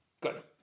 Good